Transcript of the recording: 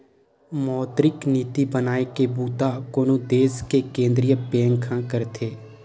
मौद्रिक नीति बनाए के बूता कोनो देस के केंद्रीय बेंक ह करथे